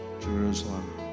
Jerusalem